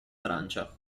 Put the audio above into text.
francia